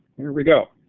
here we go.